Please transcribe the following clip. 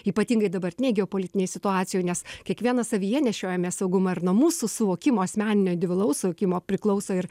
ypatingai dabartinėj geopolitinėj situacijoj nes kiekvienas savyje nešiojamės saugumą ir nuo mūsų suvokimo asmeninio individualaus suvokimo priklauso ir